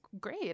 great